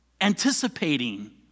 anticipating